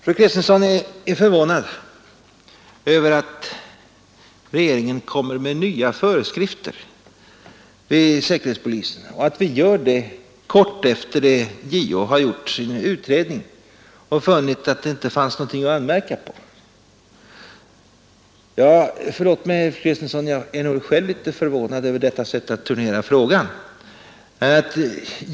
Fru Kristensson är förvånad över att regeringen kommer med nya föreskrifter till säkerhetspolisen och att vi gör detta så kort efter det att JO har gjort sin utredning och förklarat att det inte fanns någonting att anmärka på. Förlåt mig, fru Kristensson; jag är nog själv litet förvånad över detta sätt att turnera frågan!